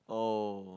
oh